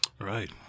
Right